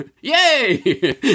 Yay